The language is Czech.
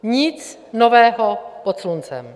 Nic nového pod sluncem.